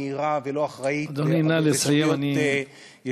מהירה ולא אחראית וזכויות יסוד,